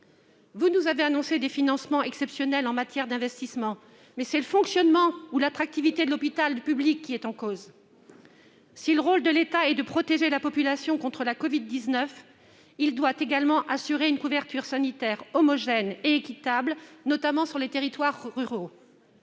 Vous nous avez annoncé des financements exceptionnels en matière d'investissements. Or c'est le fonctionnement ou l'attractivité de l'hôpital public qui est en cause. Si le rôle de l'État est de protéger la population contre la covid-19, celui-ci doit également assurer une couverture sanitaire homogène et équitable, notamment dans les territoires ruraux.